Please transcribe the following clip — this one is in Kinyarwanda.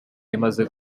imaze